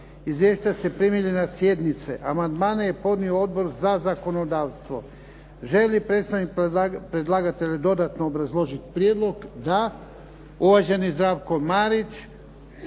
Izvješća ste primili na sjednici. Amandmane je podnio Odbor za zakonodavstvo. Želi li predstavnik predlagatelja dodatno obrazložiti prijedlog? Da.